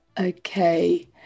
okay